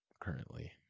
currently